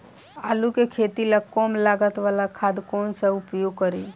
आलू के खेती ला कम लागत वाला खाद कौन सा उपयोग करी?